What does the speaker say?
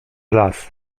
las